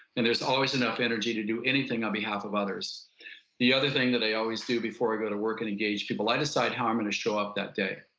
and there's always enough energy to do anything on behalf of others the other thing that i always do before i go to work and engage people, i decide how i'm going and to show up that day.